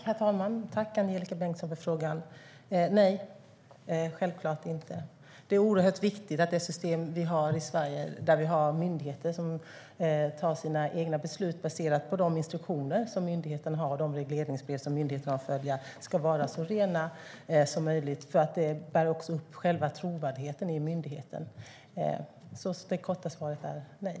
Herr talman! Tack, Angelika Bengtsson, för frågan! Nej, självklart inte. Det är oerhört viktigt att det system vi har i Sverige, med myndigheter som fattar sina egna beslut baserat på de instruktioner och regleringsbrev som myndigheterna har att följa, är så rent som möjligt. Detta bär upp själva trovärdigheten hos myndigheterna. Så det korta svaret är nej.